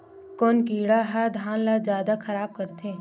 कोन कीड़ा ह धान ल जादा खराब करथे?